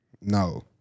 No